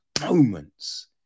moments